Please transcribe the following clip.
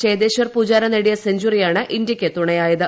ചേതേശ്വർ പൂജാര നേടിയ സെഞ്ചുറിയാണ് ഇന്തൃയ്ക്ക് തുണയായത്